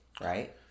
right